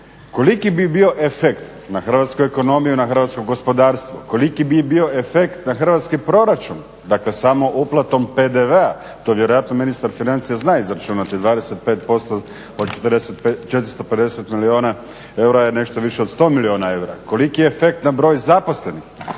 Koliki bi bio efekt na hrvatsku ekonomiju i na hrvatsko gospodarstvu, koliki bi bio efekt na hrvatski proračun dakle samo uplatom PDV-a, to vjerojatno ministar financija zna izračunati 25% od 450 milijuna eura je nešto više od 100 milijuna eura, koliki efekt na broj zaposlenih